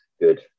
Good